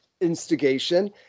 instigation